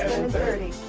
thirty.